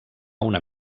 una